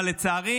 אבל לצערי